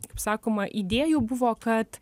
kaip sakoma idėjų buvo kad